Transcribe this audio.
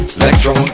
electro